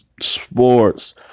Sports